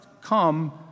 come